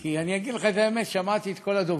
כי אני אגיד לך את האמת, שמעתי את כל הדוברים,